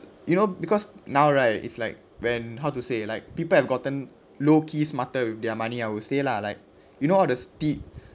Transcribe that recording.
you know because now right it's like when how to say like people have gotten low key smarter with their money I will stay lah like you know one of the steed